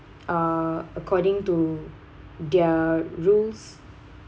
uh according to their rules